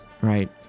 right